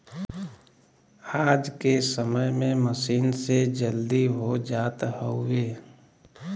आज के समय में मसीन से जल्दी हो जात हउवे